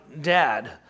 dad